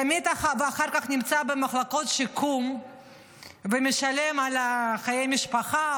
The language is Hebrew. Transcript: תמיד אחר כך נמצא במחלקות שיקום ומשלם בחיי משפחה,